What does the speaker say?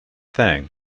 thing